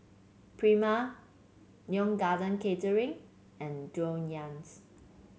Prima Neo Garden Catering and Dreyers